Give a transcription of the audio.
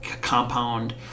compound